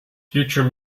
future